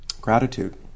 gratitude